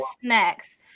snacks